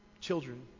Children